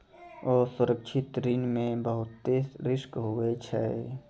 असुरक्षित ऋण मे बहुते रिस्क हुवै छै